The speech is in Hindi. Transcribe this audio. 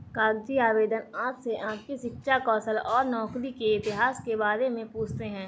कागजी आवेदन आपसे आपकी शिक्षा, कौशल और नौकरी के इतिहास के बारे में पूछते है